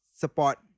support